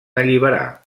alliberar